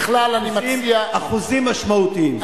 בכלל, אני מציע, אחוזים משמעותיים.